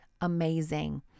amazing